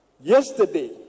Yesterday